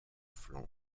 flanc